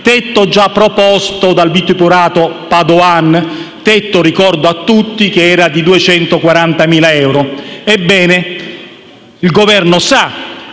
tetto già proposto dal vituperato Padoan. Tetto, lo ricordo a tutti, che era di 240.000 euro. Ebbene, il Governo sa